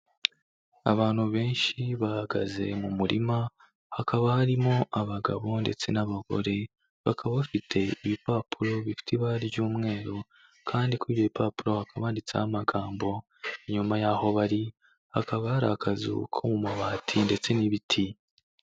Abantu benshi bahagaze mu murima, hakaba harimo abagabo ndetse n'abagore, bakaba bafite ibipapuro bifite ibara ry'umweru, kandi kuri ibyo bipapuro hakaba handitseho amagambo. Inyuma y'aho bari hakaba hari akazu ko mu mabati ndetse n'ibiti.